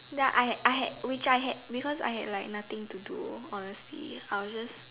ya I had I had which I had because I had nothing to do honestly I was just